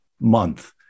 month